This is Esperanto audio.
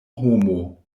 homo